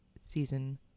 season